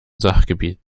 sachgebiet